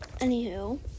Anywho